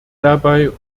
dabei